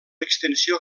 extensió